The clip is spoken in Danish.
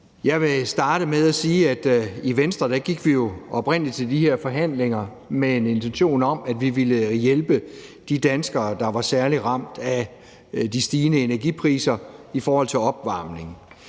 Jeg vil starte med at sige, at i Venstre gik vi jo oprindelig til de her forhandlinger med en intention om, at vi ville hjælpe de danskere, der var særlig ramt af de stigende energipriser i forhold til opvarmning.